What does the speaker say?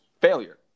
failure